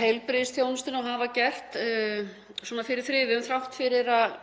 heilbrigðisþjónustunni, og hafa gert, fyrir þrifum þrátt fyrir að